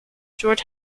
george